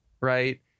Right